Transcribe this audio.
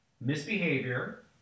Misbehavior